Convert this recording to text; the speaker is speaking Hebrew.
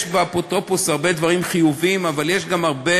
יש באפוטרופוס הרבה דברים חיוביים, אבל יש גם הרבה